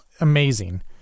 amazing